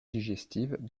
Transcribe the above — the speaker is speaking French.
digestive